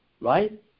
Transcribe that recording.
right